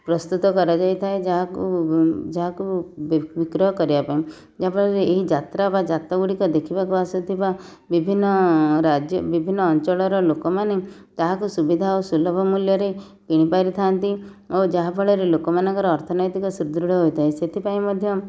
ପ୍ରସ୍ତୁତ କରାଯାଇଥାଏ ଯାହାକୁ ଯାହାକୁ ବିକ୍ରୟ କରିବା ପାଇଁ ଯାହା ଫଳରେ ଏହି ଯାତ୍ରା ବା ଜାତ ଗୁଡ଼ିକ ଦେଖିବାକୁ ଆସୁଥିବା ବିଭିନ୍ନ ବିଭିନ୍ନ ଅଞ୍ଚଳର ଲୋକମାନେ ତାହାକୁ ସୁବିଧା ଓ ସୁଲଭ ମୂଲ୍ୟରେ କିଣି ପାରିଥାନ୍ତି ଓ ଯାହା ଫଳରେ ଲୋକମାନଙ୍କର ଅର୍ଥନୈତିକ ସୁଦୃଢ଼ ହୋଇଥାଏ ସେଥିପାଇଁ ମଧ୍ୟ